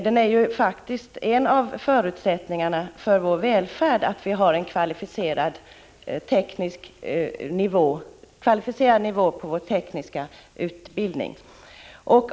Det är en av förutsättningarna för vår välfärd att vi har en kvalificerad nivå på den tekniska utbildningen.